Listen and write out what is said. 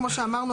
כמו שאמרנו,